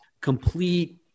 complete